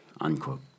unquote